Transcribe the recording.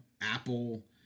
Apple